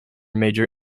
major